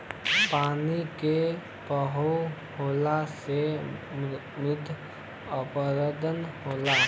पानी क बहाव होले से मृदा अपरदन होला